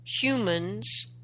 humans